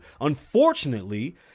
Unfortunately